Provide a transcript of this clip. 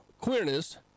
queerness